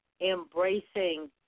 embracing